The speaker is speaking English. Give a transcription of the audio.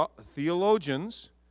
Theologians